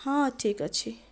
ହଁ ଠିକ ଅଛି